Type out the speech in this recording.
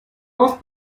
auf